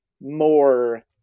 more